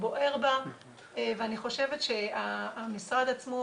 בוער בה ואני חושבת שהמשרד עצמו,